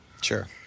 Sure